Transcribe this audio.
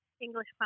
English